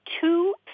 two